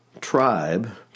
tribe